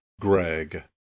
Greg